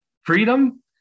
Freedom